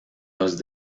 los